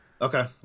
Okay